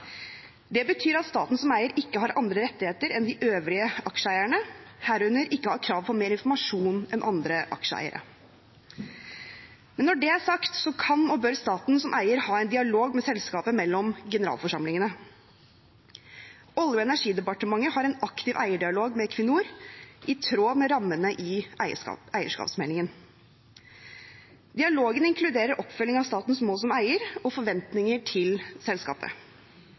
Det betyr at staten som eier ikke har andre rettigheter enn de øvrige aksjeeierne, herunder ikke har krav på mer informasjon enn andre aksjeeiere. Når det er sagt, kan og bør staten som eier ha en dialog med selskapet mellom generalforsamlingene. Olje- og energidepartementet har en aktiv eierdialog med Equinor, i tråd med rammene i eierskapsmeldingen. Dialogen inkluderer oppfølging av statens mål som eier og forventninger til selskapet.